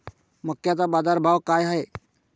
मक्याचा बाजारभाव काय हाय?